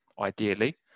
ideally